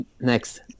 Next